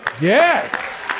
yes